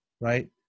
Right